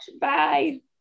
Bye